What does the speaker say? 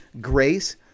grace